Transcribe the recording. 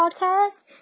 podcast